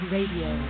Radio